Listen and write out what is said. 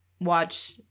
watch